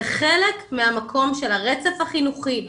זה חלק מהמקום של הרצף החינוכי,